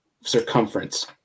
circumference